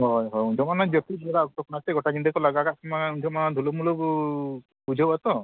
ᱦᱳᱭ ᱦᱳᱭ ᱩᱱᱡᱚᱠᱷᱚᱱ ᱢᱟ ᱡᱟᱹᱯᱤᱫ ᱵᱮᱲᱟ ᱚᱠᱛᱚ ᱠᱟᱱᱟ ᱥᱮ ᱜᱚᱴᱟ ᱧᱤᱫᱟᱹ ᱠᱚ ᱞᱟᱜᱟ ᱠᱟᱜ ᱠᱟᱱᱟ ᱩᱱᱡᱚᱠᱷᱚᱱ ᱢᱟ ᱰᱷᱩᱞᱩ ᱢᱩᱞᱩ ᱵᱩᱡᱷᱟᱹᱣ ᱟᱛᱚ